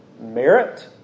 merit